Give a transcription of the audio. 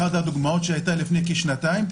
אחת הדוגמאות שהיתה לפני כשנתיים,